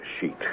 sheet